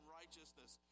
righteousness